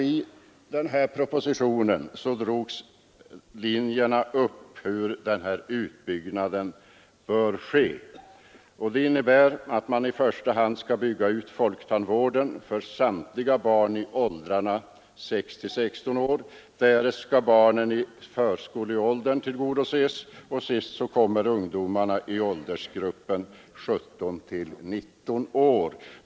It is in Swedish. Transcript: I propositionen drogs också linjerna upp för hur denna utbyggnad skall ske. I första hand skall folktandvården byggas ut för samtliga barn i åldrarna 6—16 år, därnäst skall barnen i förskoleåldern tillgodoses, och sist kommer ungdomarna i åldersgruppen 17—19 år.